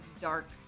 dark